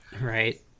Right